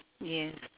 yes